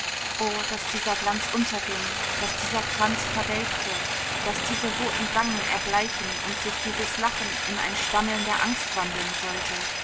o daß dieser glanz unterging daß dieser kranz verwelkte daß diese roten wangen erbleichen und sich dieses lachen in ein stammeln der angst wandeln sollte